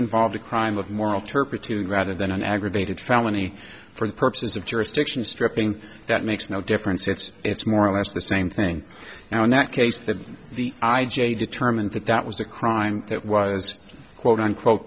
involved a crime of moral turpitude rather than an aggravated felony for purposes of jurisdiction stripping that makes no difference it's it's more or less the same thing now in that case that the i j a determined that that was a crime that was quote unquote